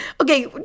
okay